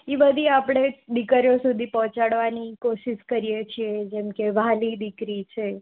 એ બધી આપણે દીકરીઓ સુધી પહોંચાડવાની કોશિશ કરીએ છીએ જેમ કે વ્હાલી દીકરી છે